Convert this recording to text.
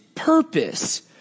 purpose